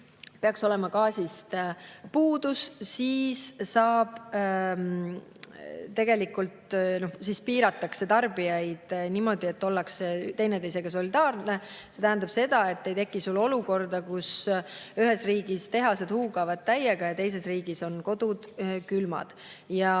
peaks olema gaasist puudus, siis piiratakse tarbijaid niimoodi, et ollakse teineteisega solidaarne. See tähendab seda, et ei teki olukorda, kus ühes riigis tehased huugavad täiega ja teises riigis on kodud külmad.